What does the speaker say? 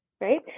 Right